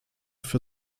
für